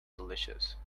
delicious